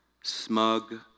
smug